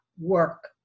work